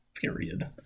Period